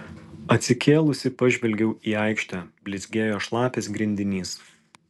atsikėlusi pažvelgiau į aikštę blizgėjo šlapias grindinys